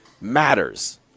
matters